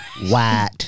White